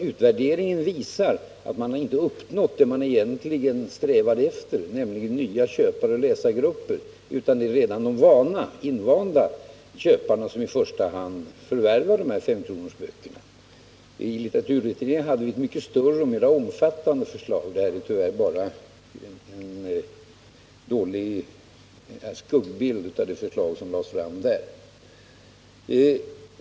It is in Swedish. Utvärderingen visar nämligen att man inte har uppnått det man egentligen strävade efter, nämligen att nå nya köparoch läsargrupper. Det är i första hand de redan vana köparna som förvärvar dessa femkronorsböcker. I litteraturutredningen hade vi ett mycket mer omfattande förslag. Detta är tyvärr bara en dålig skuggbild av det förslag som där lades fram.